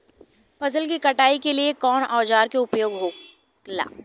फसल की कटाई के लिए कवने औजार को उपयोग हो खेला?